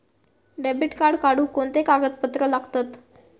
Debit card काढुक कोणते कागदपत्र लागतत?